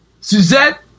Suzette